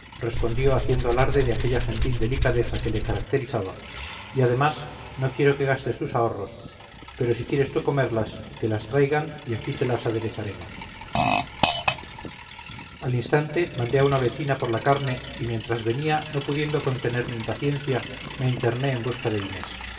respondió haciendo alarde de aquella gentil delicadeza que le caracterizaba y además no quiero que gastes tus ahorros pero si quieres tú comerlas que las traigan y aquí te las aderezaremos al instante mandé a una vecina por la carne y mientras venía no pudiendo contener mi impaciencia me interné en busca de inés